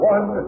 One